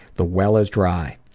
the well is dry.